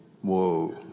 Whoa